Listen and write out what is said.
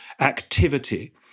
activity